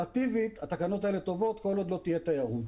ואופרטיבית התקנות האלה טובות כל עוד לא תהיה תיירות.